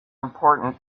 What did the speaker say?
important